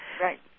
Right